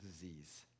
disease